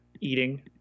eating